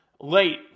late